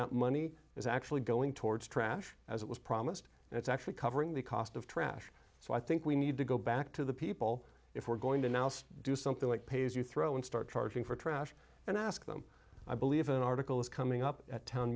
that money is actually going towards trash as it was promised and it's actually covering the cost of trash so i think we need to go back to the people if we're going to do something like pay as you throw and start charging for trash and ask them i believe an article is coming up at town